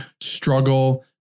struggle